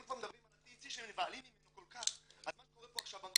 אם כבר מדברים על ה-THC שנבהלים ממנו כל כך אז מה שקורה פה במדינה,